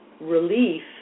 relief